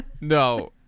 No